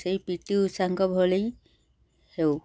ସେଇ P T ଉଷାଙ୍କ ଭଳି ହେଉ